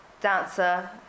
dancer